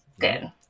Good